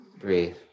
Breathe